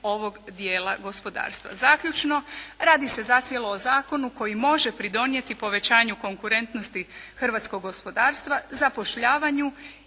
ovog dijela gospodarstva. Zaključno radi se zacijelo o zakonu koji može pridonijeti povećanju konkurentnosti hrvatskog gospodarstva, zapošljavanju